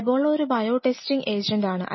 Ebola ഒരു bio testing agent ആണ്